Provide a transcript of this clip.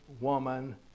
woman